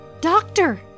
Doctor